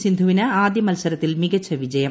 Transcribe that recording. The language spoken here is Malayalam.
സിന്ധുവിന് ആദ്യ മത്സരത്തിൽ മികച്ച വിജയം